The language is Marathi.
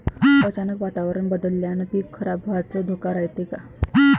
अचानक वातावरण बदलल्यानं पीक खराब व्हाचा धोका रायते का?